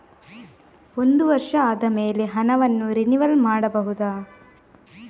ಒಂದು ವರ್ಷ ಆದಮೇಲೆ ಹಣವನ್ನು ರಿನಿವಲ್ ಮಾಡಬಹುದ?